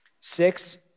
Six